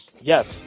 yes